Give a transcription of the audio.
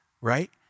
right